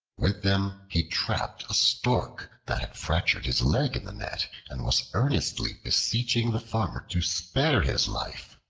with them he trapped a stork that had fractured his leg in the net and was earnestly beseeching the farmer to spare his life.